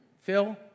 Phil